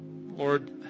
Lord